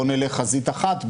בוא נלך חזית אחת.